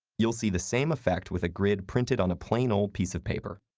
you'll see the same effect with a grid printed on a plain old piece of paper.